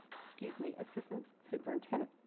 excuse me assistant superintendent.